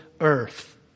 earth